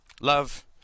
Love